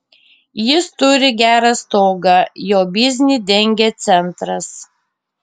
jis turi gerą stogą jo biznį dengia centras